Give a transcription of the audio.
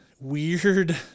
weird